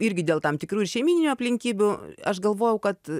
irgi dėl tam tikrų ir šeimyninių aplinkybių aš galvojau kad